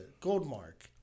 Goldmark